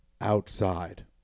outside